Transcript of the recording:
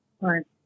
Right